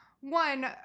one